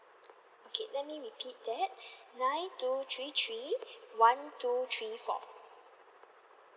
okay let me repeat that nine two three three one two three four